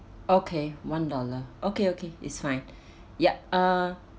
okay one dollar okay okay it's fine yup uh